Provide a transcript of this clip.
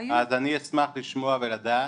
אז אני אשמח לשמוע ולדעת,